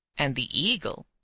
and the eagle,